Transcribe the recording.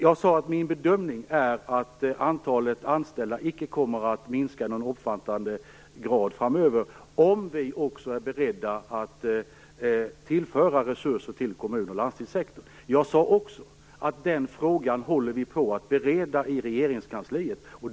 Jag sade att min bedömning är att antalet anställda icke kommer att minska i någon omfattande grad framöver, om vi också är beredda att tillföra resurser till kommun och landstingssektorn. Jag sade också att den frågan håller vi på att bereda i regeringskansliet.